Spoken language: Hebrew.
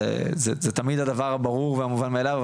זה תמיד הדבר הברור ומובן מאליו,